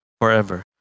forever